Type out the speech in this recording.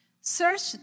search